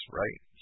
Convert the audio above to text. right